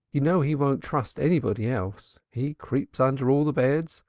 you know he won't trust anybody else. he creeps under all the beds,